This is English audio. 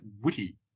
witty